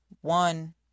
one